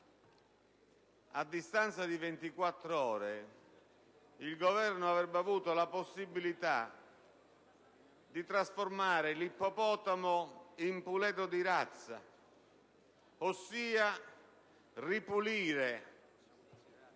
A distanza di 24 ore, il Governo avrebbe avuto la possibilità di trasformare l'ippopotamo in puledro di razza, ossia di ripulire